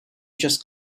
just